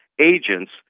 agents